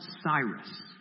Cyrus